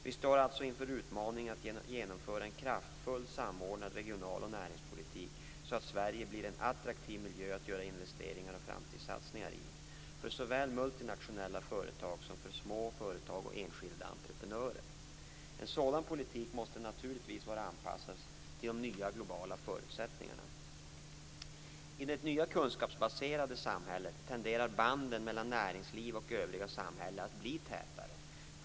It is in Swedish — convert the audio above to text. Vi står alltså inför utmaningen att genomföra en kraftfull, samordnad regional och näringspolitik så att Sverige blir en attraktiv miljö att göra investeringar och framtidssatsningar i, för såväl multinationella företag som för små företag och enskilda entreprenörer. En sådan politik måste naturligtvis vara anpassad till de nya globala förutsättningarna. I det nya kunskapsbaserade samhället tenderar banden mellan näringslivet och det övriga samhället att bli tätare.